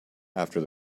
after